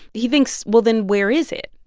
he thinks, well, then where is it?